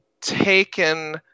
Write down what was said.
taken